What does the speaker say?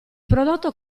prodotto